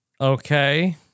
Okay